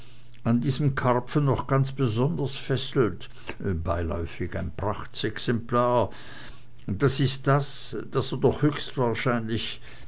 an diesen karpfen noch ganz besonders fesselt beiläufig ein prachtexemplar das ist das daß er doch höchstwahrscheinlich